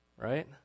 Right